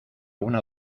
una